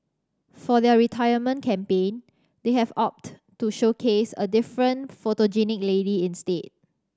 for their retirement campaign they have opted to showcase a different photogenic lady instead